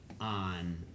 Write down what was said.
on